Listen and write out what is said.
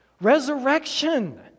resurrection